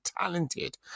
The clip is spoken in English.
talented